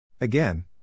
Again